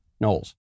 Knowles